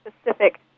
specific